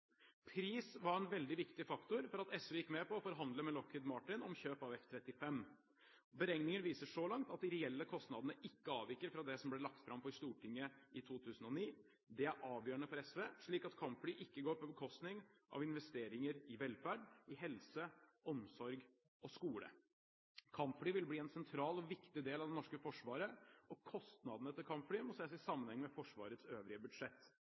Pris var en veldig viktig faktor for at SV gikk med på å forhandle med Lockheed Martin om kjøp av F-35. Beregninger viser så langt at de reelle kostnadene ikke avviker fra det som ble lagt fram for Stortinget i 2009. Det er avgjørende for SV, slik at kampfly ikke går på bekostning av investeringer i velferd, helse, omsorg og skole. Kampfly vil bli en sentral og viktig del av det norske forsvaret, og kostnadene til kampfly må ses i sammenheng med Forsvarets øvrige budsjett.